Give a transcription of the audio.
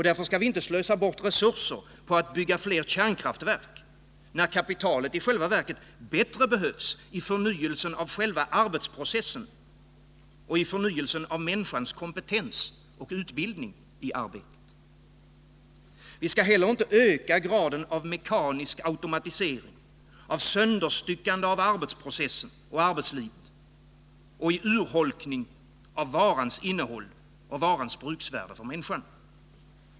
Därför skall vi inte slösa bort resurser på att bygga fler kärnkraftverk när kapitalet i själva verket bättre behövs i förnyelse av själva arbetsprocessen och människans kompetens och utbildning. Vi skall inte heller öka graden av mekanisk automatisering, av sönderstyckande av arbetsprocessen och arbetslivet samt av urholkning av varans innehåll och bruksvärde för människan.